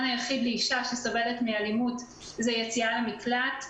היחיד לאישה שסובלת מאלימות הוא יציאה למקלט.